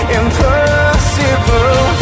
impossible